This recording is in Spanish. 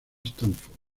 stanford